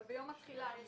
אבל ביום התחילה?